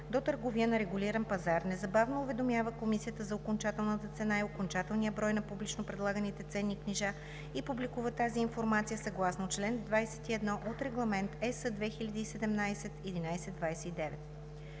до търговия на регулиран пазар, незабавно уведомява комисията за окончателната цена и окончателния брой на публично предлаганите ценни книжа и публикуват тази информация съгласно чл. 21 от Регламент (ЕС) 2017/1129.